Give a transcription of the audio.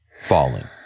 Falling